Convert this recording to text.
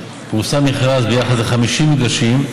פורסם מכרז ביחס ל-50 מגרשים,